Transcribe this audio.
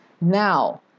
Now